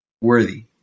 worthy